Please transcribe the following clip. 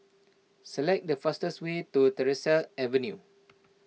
select the fastest way to Tyersall Avenue